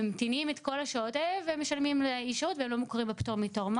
ממתינים את כל השעות האלה ומשלמים לאיש שרות והם לא מוכרים בפטור מתור.